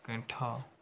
ਕੈਂਠਾ